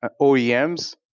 OEMs